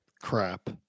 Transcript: crap